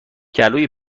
گلوی